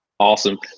Awesome